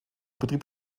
betrieb